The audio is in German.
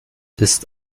ist